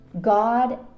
God